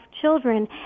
children